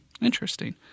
Interesting